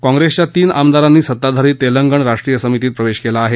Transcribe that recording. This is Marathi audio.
काँग्रसच्या तीन आमदारांनी सत्ताधारी तेलंगण राष्ट्रसमितीत प्रवेश केला आहे